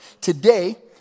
Today